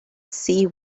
see